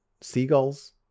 seagulls